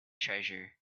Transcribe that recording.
treasure